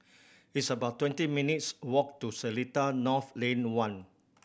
it's about twenty minutes' walk to Seletar North Lane One